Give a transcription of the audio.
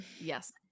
Yes